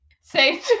Say